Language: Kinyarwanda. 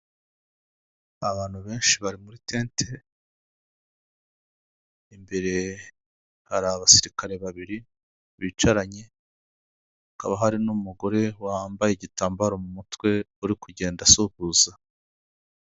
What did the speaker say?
Abantu benshi bari muri tente, imbere hari abasirikare babiri bicaranye, hakaba hari n'umugore wambaye igitambaro mu mutwe, uri kugenda asuhuza.